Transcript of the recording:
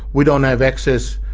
we don't have access,